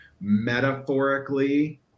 metaphorically